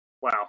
wow